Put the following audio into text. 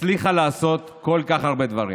הצליחה לעשות כל כך הרבה דברים.